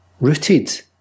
Rooted